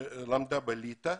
שלמדה בליטא,